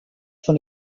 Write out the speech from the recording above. von